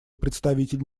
представитель